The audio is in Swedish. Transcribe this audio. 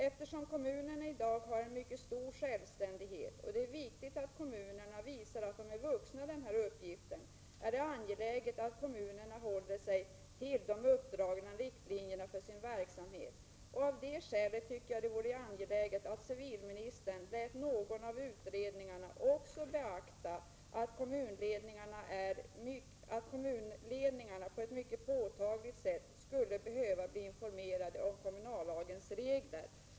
Eftersom kommunerna i dag har mycket stor självständighet, och eftersom det är viktigt att kommunerna visar att de är vuxna denna uppgift, är det angeläget att kommunerna håller sig till de uppdragna riktlinjerna för sin verksamhet. Av det skälet tycker jag att det också vore angeläget att civilministern lät någon av utredningarna beakta att kommunledningarna på ett mycket påtagligt sätt skulle behöva bli informerade om kommunallagens regler.